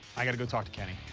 i gotta go talk to kenny.